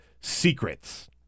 secrets